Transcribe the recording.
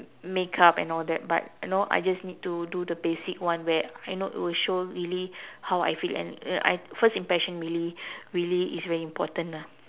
makeup and all that but you know I just need to do the basic one where you know it will show really how I feel and I first impression really really is very important ah